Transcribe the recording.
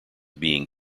being